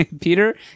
Peter